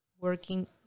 working